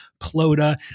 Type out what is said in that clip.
Plota